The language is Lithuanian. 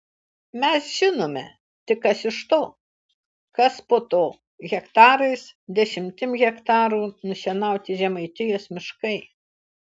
mes žinome tik kas iš to kas po to hektarais dešimtim hektarų nušienauti žemaitijos miškai